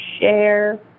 share